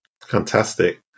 Fantastic